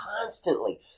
constantly